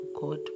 God